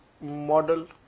model